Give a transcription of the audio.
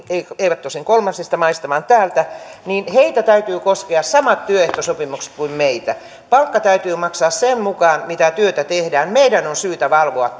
eivät tosin kolmansista maista vaan täältä niin heitä täytyy koskea samojen työehtosopimusten kuin meitä palkka täytyy maksaa sen mukaan mitä työtä tehdään meidän on syytä valvoa